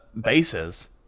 bases